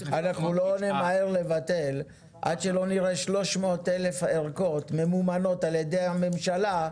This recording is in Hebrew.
אנחנו לא נמהר לבטל עד שלא נראה 300,000 ערכות ממומנות על ידי הממשלה,